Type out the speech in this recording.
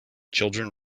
children